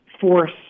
force